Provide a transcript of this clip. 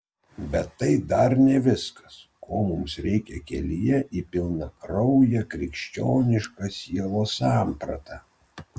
bet tai dar ne viskas ko mums reikia kelyje į pilnakrauję krikščionišką sielos sampratą